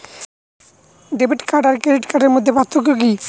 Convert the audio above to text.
Debit card আর credit কার্ডের মধ্যে পার্থক্য কি?